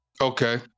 Okay